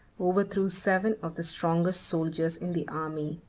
overthrew seven of the strongest soldiers in the army.